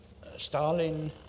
Stalin